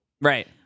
right